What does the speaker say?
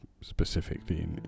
specifically